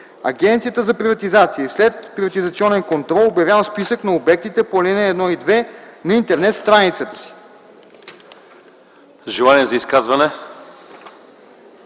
Агенцията за приватизация и следприватизационен контрол обявява списък на обектите по ал. 1 и 2 на интернет страницата си.”